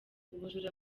ubujura